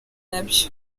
nabyo